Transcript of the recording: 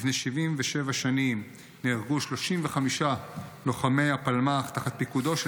לפני 77 שנים נהרגו 35 לוחמי הפלמ"ח תחת פיקודו של